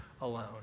alone